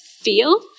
feel